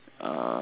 uh